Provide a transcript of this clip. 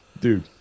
Dude